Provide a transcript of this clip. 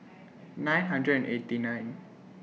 nine hundred and eighty nine